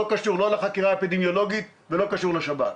הם לא קשורים לחקירה אפידמיולוגית ולא קשורים לשב"כ.